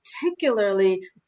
particularly